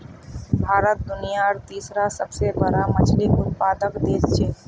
भारत दुनियार तीसरा सबसे बड़ा मछली उत्पादक देश छे